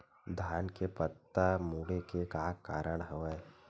धान के पत्ता मुड़े के का कारण हवय?